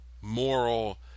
moral